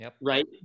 right